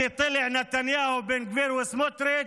(מסתבר שנתניהו, בן גביר וסמוטריץ'